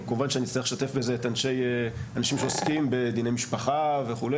כמובן שאני אצטרך לשתף בזה אנשים שעוסקים בדיני משפחה וכו',